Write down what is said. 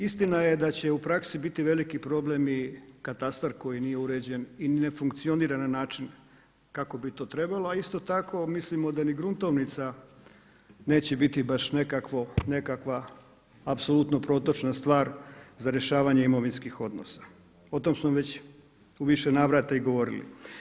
Istina je da će u praksi biti veliki problem i katastar koji nije uređen i ne funkcionira na način kako bi to trebalo, a isto tako mislimo da ni gruntovnica neće biti baš nekakva apsolutno protočna stvar za rješavanje imovinskih odnosa, o tom smo već u više navrata i govorili.